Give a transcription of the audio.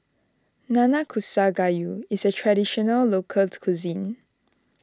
Nanakusa Gayu is a traditional locals cuisine